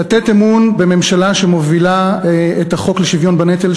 לתת אמון בממשלה שמובילה את החוק לשוויון בנטל,